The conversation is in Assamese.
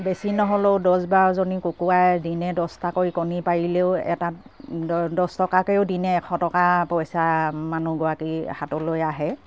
বেছি নহ'লেও দহ বাৰজনী কুকুৰাই দিনে দছটাকৈ কণী পাৰিলেও এটাত দছ টকাকেও দিনে এশ টকা পইচা মানুহগৰাকীৰ হাতলৈ আহে